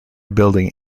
building